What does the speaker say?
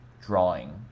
drawing